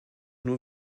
nur